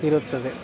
ಇರುತ್ತದೆ